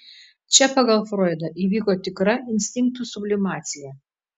čia pagal froidą įvyko tikra instinktų sublimacija